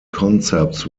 concepts